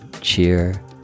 cheer